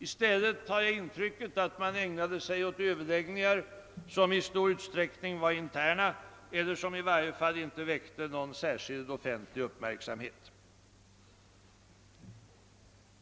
Jag har det intrycket att man i stället ägnade sig åt överläggningar som i stor utsträckning var interna eller som i varje fall inte väckte någon särskilt stor offentlig uppmärksamhet.